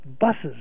buses